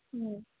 ꯎꯝ